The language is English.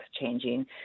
changing